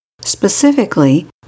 Specifically